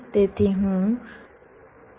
તેથી હું અહીં એક ઉદાહરણ આપી શકું છું